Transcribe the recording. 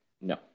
no